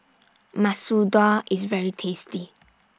Masoor Dal IS very tasty